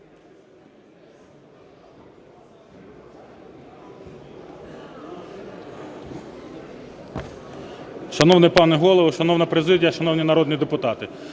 Шановний пане Голово, шановна президія, шановні народні депутати,